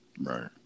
Right